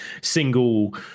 single